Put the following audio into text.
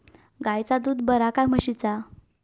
गायचा दूध बरा काय म्हशीचा?